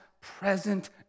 present